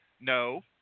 No